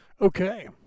Okay